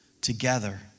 together